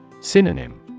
Synonym